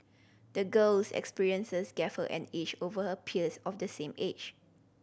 the girl's experiences gave her an edge over her peers of the same age